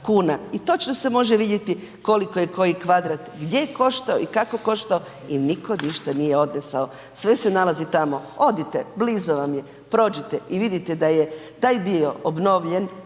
i točno se može vidjeti koliko je koji kvadrat gdje koštao i kako koštao i nitko ništa nije odnesao, sve se nalazi tamo. Odite blizu vam je, prođite i vidite da je taj dio obnovljen